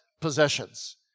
possessions